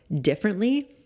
differently